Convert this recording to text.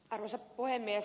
arvoisa puhemies